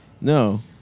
No